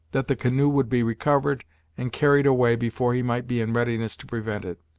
that the canoe would be recovered and carried away before he might be in readiness to prevent it.